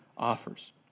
offers